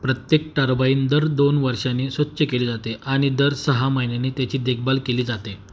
प्रत्येक टारबाईन दर दोन वर्षांनी स्वच्छ केले जाते आणि दर सहा महिन्यांनी त्याची देखभाल केली जाते